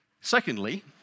Secondly